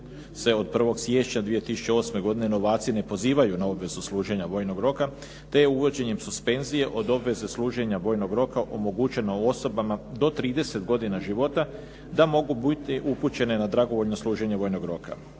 se od 1. siječnja 2008. godine novaci ne pozivaju na obvezu služenja vojnog roka te je uvođenjem suspenzije od obveze služenja vojnog roka omogućeno osobama do 30 godina života da mogu biti upućene na dragovoljno služenje vojnog roka.